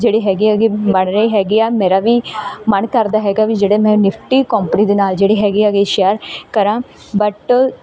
ਜਿਹੜੇ ਹੈਗੇ ਹੈਗੇ ਬਣ ਰਹੇ ਹੈਗੇ ਆ ਮੇਰਾ ਵੀ ਮਨ ਕਰਦਾ ਹੈਗਾ ਵੀ ਜਿਹੜੇ ਮੈਂ ਨਿਫਟੀ ਕੋਪਨੀ ਦੇ ਨਾਲ ਜਿਹੜੇ ਹੈਗੇ ਹੈਗੇ ਸ਼ੇਅਰ ਕਰਾਂ ਬਟ